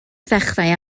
ddechrau